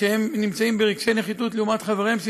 נמצאים ברגשי נחיתות לעומת חבריהם שמתגייסים,